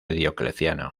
diocleciano